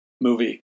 movie